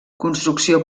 construcció